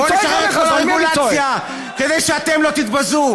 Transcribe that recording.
בואו נשחרר את כל הרגולציה כדי שאתם לא תתבזו.